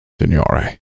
Signore